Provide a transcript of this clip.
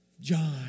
John